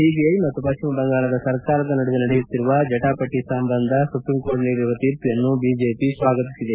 CVI ಮತ್ತು ಪಶ್ಲಿಮ ಬಂಗಾಳದ ಸರ್ಕಾರದ ನಡುವೆ ನಡೆಯುತ್ತಿರುವ ಜಟಾಪಟಿ ಸಂಬಂಧ ಸುಪ್ರೀಂ ಕೋರ್ಟ್ ನೀಡಿರುವ ತೀರ್ಪನ್ನು ಬಿಜೆಪಿ ಸ್ವಾಗತಿಸಿದೆ